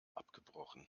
abgebrochen